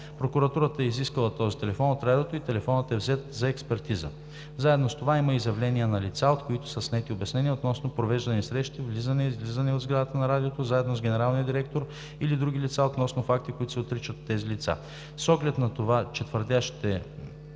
Прокуратурата е изискала този телефон от Радиото и телефонът е взет за експертиза. Заедно с това има изявления на лица, от които са снети обяснения относно провеждани срещи, влизане, излизане от сградата на Радиото заедно с генералния директор или други лица, относно факти, които се отричат от тези лица. С оглед на това, че твърдящите